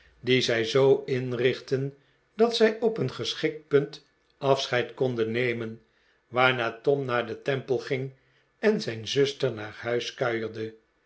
die zij zoo inrichtten dat zij op een geschikt punt afscheid konden nemen waarna tom naar den temple ging en zijn zuster naar huis